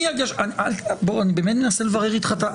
אני באמת מנסה לברר איתך.